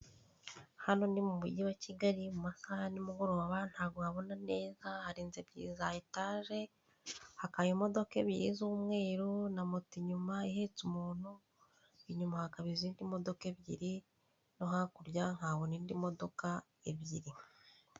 Hano ni mu Mujyi wa Kigali mu masaha ya nimugoroba ntago habona neza hari inzu ebyiri za etaje, hakaba imodoka ebyiri z'umweru na moto inyuma ihetse umuntu, inyuma hakaba izindi modoka ebyiri no hakurya nkahabona indi modoka ebyiri.